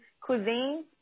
cuisine